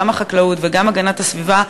גם החקלאות וגם הגנת הסביבה,